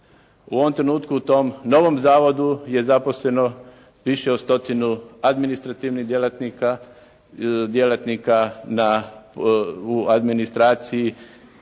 U ovom trenutku u tom novom zavodu je zaposleno više od stotinu administrativnih djelatnika, djelatnika u administraciji